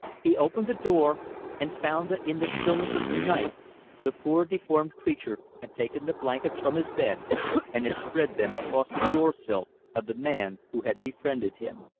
he opened the door and found that in the stillness of the night the poor deformed creature had taken the blankets from his bed and had spread them across the door-sill of the man who had befriended him.